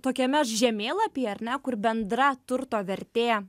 tokiame žemėlapy ar ne kur bendra turto vertė